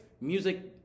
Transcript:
music